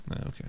Okay